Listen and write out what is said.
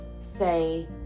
say